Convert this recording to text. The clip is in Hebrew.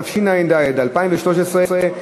התשע"ד 2013,